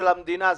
ה-90 מיליארד,